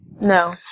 No